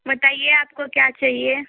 बताइए आपको क्या चहिए